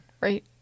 right